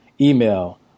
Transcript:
email